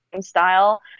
style